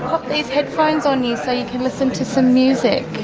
pop these headphones on you so you can listen to some music.